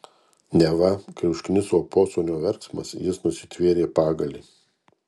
neva kai užkniso posūnio verksmas jis nusitvėrė pagalį